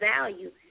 value